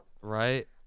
Right